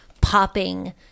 popping